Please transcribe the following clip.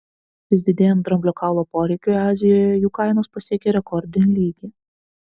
vis didėjant dramblio kaulo poreikiui azijoje jų kainos pasiekė rekordinį lygį